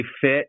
fit